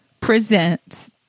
presents